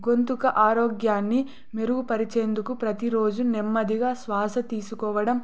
గొంతు ఆరోగ్యాన్ని మెరుగుపరిచేందుకు ప్రతిరోజు నెమ్మదిగా శ్వాస తీసుకోవడం